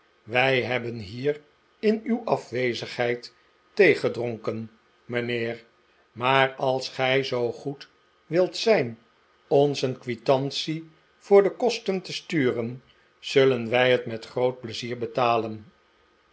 wij hebben hier in uw afwezigheid thee gedronken mijnheer maar als gij zoo goed wilt zijn ons een quitantie voor de kosten te sturen zullen wij het met groot pleizier betalen